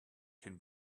can